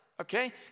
Okay